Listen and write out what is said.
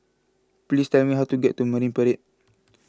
please tell me how to get to Marine Parade